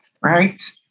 right